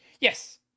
yes